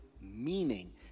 meaning